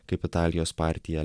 kaip italijos partija